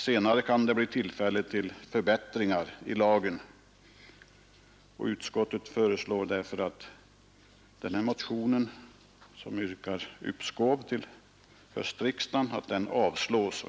Senare kan det bli tillfälle till förbättringar i lagen. Utskottet föreslår därför att den reservation där det yrkas på uppskov till höstriksdagen avslås. Herr talman!